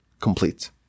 complete